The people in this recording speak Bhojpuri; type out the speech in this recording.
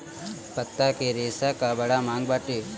पत्ता के रेशा कअ बड़ा मांग बाटे